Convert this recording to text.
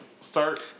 start